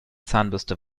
zahnbürste